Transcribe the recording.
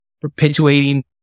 perpetuating